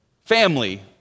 family